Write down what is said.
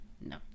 No